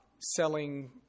selling